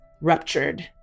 ruptured